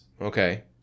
okay